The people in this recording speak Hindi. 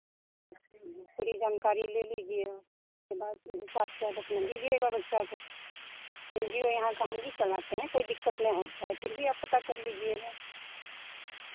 उसकी हाँ पूरी जानकारी ले लीजिए आप उसके बाद उस हिसाब से आप अपना दीजिएगा बच्चा को एन जी ओ यहाँ का हम ही चलाते हैं कोई दिक्कत नहीं होता है फिर भी आप पता कर लीजिएगा